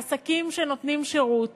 עסקים שנותנים שירות